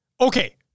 Okay